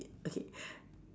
i~ okay